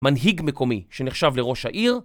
מנהיג מקומי שנחשב לראש העיר